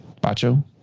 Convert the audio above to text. Bacho